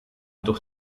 durch